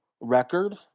record